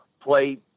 play